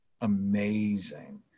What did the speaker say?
amazing